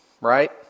right